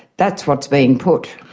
that's what's being put.